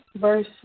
verse